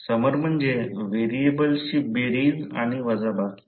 समर म्हणजे व्हेरिएबलची बेरीज आणि वजाबाकी